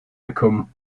become